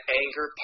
anger